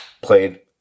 played